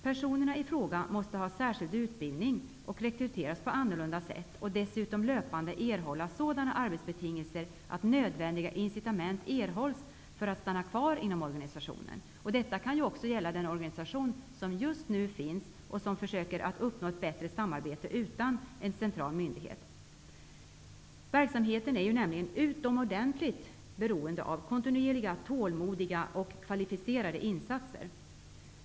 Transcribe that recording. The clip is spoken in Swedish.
Personerna i fråga måste ha särskild utbildning, rekryteras på ett annorlunda sätt och dessutom löpande erhålla sådana arbetsbetingelser att nödvändiga incitament erhålls för att stanna kvar inom organisationen. Detta kan också gälla den organisation som just nu finns och som försöker uppnå ett bättre samarbete utan en central myndighet. Verksamheten är nämligen utomordentligt beroende av kontinuerliga, tålmodiga och kvalificerade insatser.